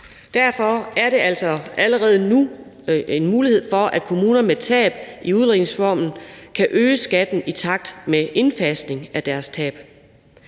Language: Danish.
Derfor er der altså allerede nu en mulighed for, at kommuner med tab i udligningsreformen kan øge skatten i takt med indfasning af deres tab.